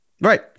Right